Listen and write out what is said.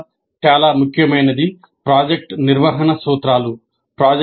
మొదట చాలా ముఖ్యమైనది "ప్రాజెక్ట్ నిర్వహణ సూత్రాలు"